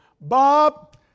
Bob